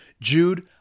Jude